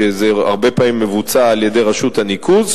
שזה הרבה פעמים מבוצע על-ידי רשות הניקוז,